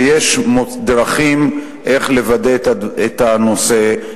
ויש דרכים איך לוודא את הנושא,